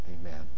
Amen